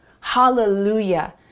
Hallelujah